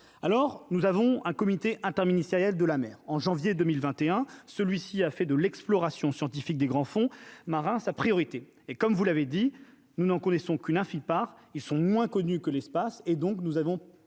alors nous avons un comité interministériel de la mer, en janvier 2021, celui-ci a fait de l'exploration scientifique des grands fonds marins sa priorité et comme vous l'avez dit, nous n'en connaissons qu'une infime part ils sont moins connus que l'espace et donc nous avons